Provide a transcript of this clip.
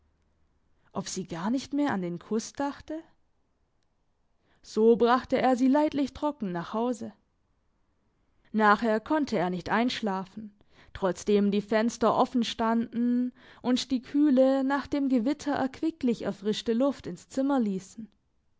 ob sie gar nicht mehr an den kuss dachte so brachte er sie leidlich trocken nach haus nachher konnte er nicht einschlafen trotzdem die fenster offen standen und die kühle nach dem gewitter erquicklich erfrischte luft ins zimmer hessen